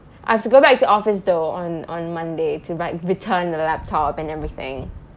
I've to go back to office though on on monday to like return the laptop and everything